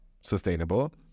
sustainable